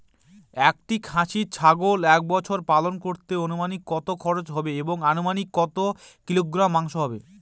একটি খাসি ছাগল এক বছর পালন করতে অনুমানিক কত খরচ হবে এবং অনুমানিক কত কিলোগ্রাম মাংস হবে?